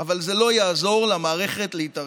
אבל זה לא יעזור למערכת להתארגן.